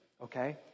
Okay